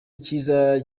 icyiza